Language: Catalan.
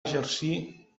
exercir